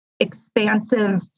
expansive